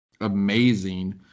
amazing